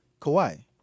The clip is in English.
Kawhi